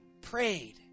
prayed